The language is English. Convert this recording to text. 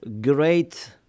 great